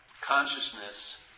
consciousness